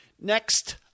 Next